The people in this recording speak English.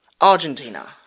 Argentina